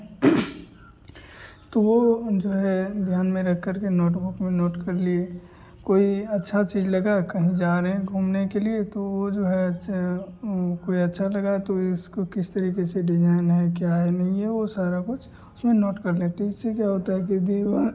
तो वह जो है ध्यान में रख करके नोटबुक में नोट कर लिए कोई अच्छा चीज़ लगा कहीं जा रहे हैं घूमने के लिए तो वह जो है कोई अच्छा लगा तो इसको किस तरीके से डिजाईन है क्या है यह वह सारा कुछ उसमें नोट कर लेते थे इससे क्या होता है कि जो हम